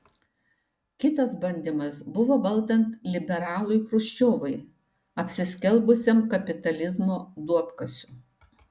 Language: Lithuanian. kitas bandymas buvo valdant liberalui chruščiovui apsiskelbusiam kapitalizmo duobkasiu